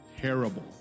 Terrible